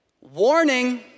warning